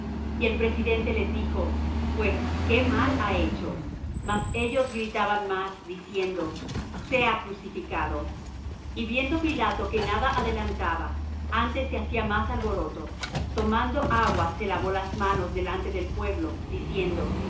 y el presidente les dijo pues qué mal ha hecho mas ellos gritaban más diciendo sea crucificado y viendo pilato que nada adelantaba antes se hacía más alboroto tomando agua se lavó las manos delante del pueblo diciendo